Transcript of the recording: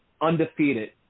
undefeated